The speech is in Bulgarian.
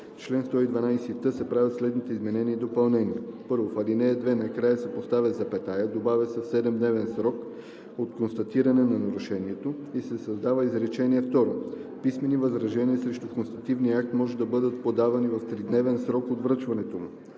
чл. 112т се правят следните изменения и допълнения: 1. В ал. 2 накрая се поставя запетая, добавя се „в 7-дневен срок от констатиране на нарушението“ и се създава изречение второ: „Писмени възражения срещу констативния акт може да бъдат подавани в 3-дневен срок от връчването му.“